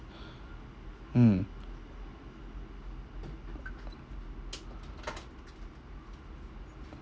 mm